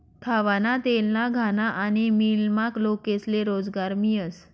खावाना तेलना घाना आनी मीलमा लोकेस्ले रोजगार मियस